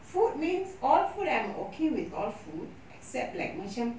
food means all food I'm okay with all food except like macam